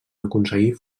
aconseguir